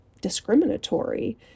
discriminatory